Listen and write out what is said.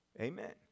Amen